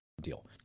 deal